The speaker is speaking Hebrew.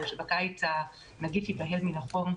אחר כך חשבו שבקיץ הנגיף ייבהל מן החום.